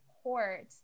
support